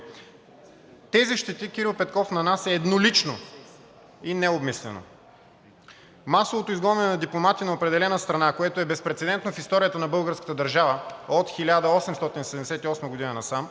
Тези щети Кирил Петков нанася еднолично и необмислено. Масовото изгонване на дипломати на определена страна, което е безпрецедентно в историята на българската държава от 1878 г. насам